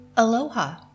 Aloha